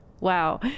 wow